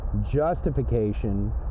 justification